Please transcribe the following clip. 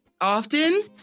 often